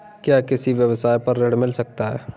क्या किसी व्यवसाय पर ऋण मिल सकता है?